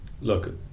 look